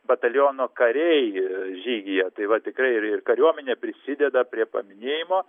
bataliono kariai žygyje tai va tikrai ir ir kariuomenė prisideda prie paminėjimo